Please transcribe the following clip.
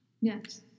Yes